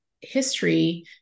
history